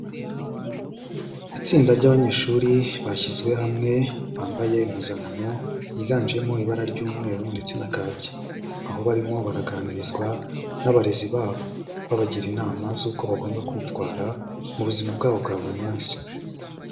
Itsinda ry'abanyeshuri bashyizwe hamwe bambaye impuzankano yiganjemo ibara ry'umweru ndetse na kaki, aho barimo baraganirizwa n'abarezi babo, babagira inama z'uko bagomba kwitwara mu buzima bwabo bwa buri munsi.